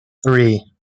three